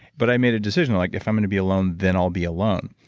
but i made a decision, like if i'm going to be alone, then i'll be alone.